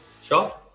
Sure